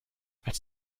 als